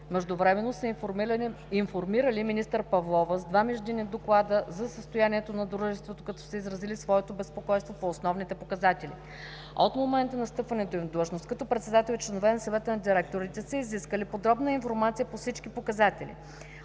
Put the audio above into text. Междувременно са информирали министър Павлова с два междинни доклада за състоянието на дружеството, като са изразили своето безпокойство по основните показатели. От момента на встъпването им в длъжност като председател и членове на Съвета на директорите са изискали подробна информация по всички показатели